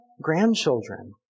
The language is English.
grandchildren